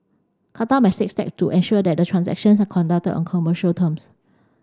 Qatar must take step to ensure that the transactions are conducted on commercial terms